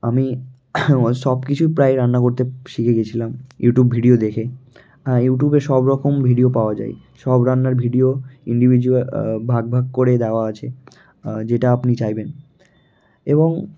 আমি আমার সব কিছুই প্রায় রান্না করতে শিখে গেছিলাম ইউটিউব ভিডিও দেখে ইউটিউবে সব রকম ভিডিও পাওয়া যায় সব রান্নার ভিডিও ইন্ডিভিজ্যুয়াল ভাগ ভাগ করে দেওয়া আছে যেটা আপনি চাইবেন এবং